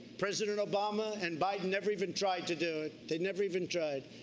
president obama and biden never even tried to do it, they never even tried.